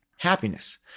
Happiness